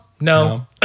No